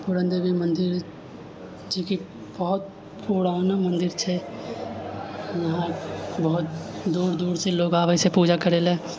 पूरन देवी मन्दिर जेकि बहुत पुराना मन्दिर छै यहाँ बहुत दूर दूरसँ लोग आबै छै पूजा करय लेल